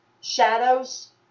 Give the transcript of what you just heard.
shadows